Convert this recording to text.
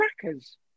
crackers